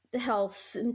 health